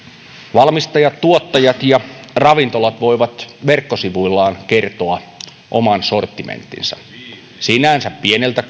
valmistajat tuottajat ja ravintolat voivat verkkosivuillaan kertoa oman sortimenttinsa sinänsä pieneltä